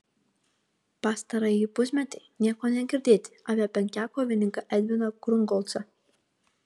pastarąjį pusmetį nieko negirdėti apie penkiakovininką edviną krungolcą